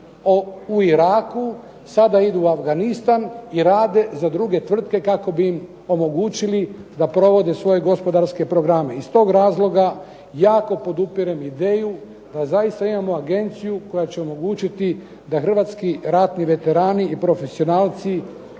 u Iraku, sada idu u Afganistan i rade za druge tvrtke kako bi i m omogućili da provode svoje gospodarske programe. Iz tog razloga jako podupirem ideju da zaista imamo agenciju koja će omogućiti da hrvatski ratni veterani i profesionalci